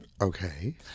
Okay